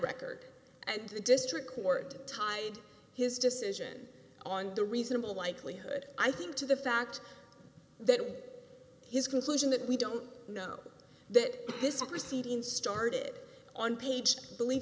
record and the district court tied his decision on the reasonable likelihood i think to the fact that his conclusion that we don't know that this is a proceeding started on page believe